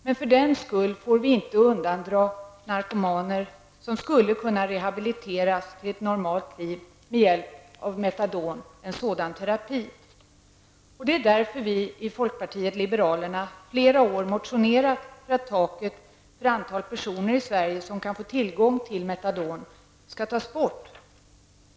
Men för den skull får vi inte undandra narkomaner som skulle kunna rehabiliteras till ett normalt liv med hjälp av metadon, en sådan terapi. Därför har vi i folkpartiet liberalerna flera år motionerat om att taket för det antal personer i Sverige som kan få tillgång till metadon skall tas bort.